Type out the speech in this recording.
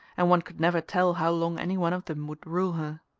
and one could never tell how long any one of them would rule her.